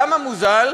למה מוזל?